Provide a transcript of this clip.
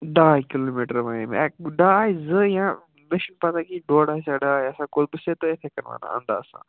ڈاے کِلوٗمیٖٹَر وَنے مےٚ ڈاے زٕ یا مےٚ چھنہٕ پتہٕ کہ ڈۄڈ آسیا ڈاے آسیا کُل بہٕ چھُسے اِتھٕے کَنہِ وَنان انداز سان